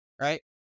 Right